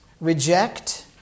reject